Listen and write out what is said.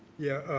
yeah,